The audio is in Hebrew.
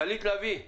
גלית לביא,